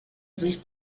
sich